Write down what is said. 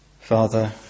Father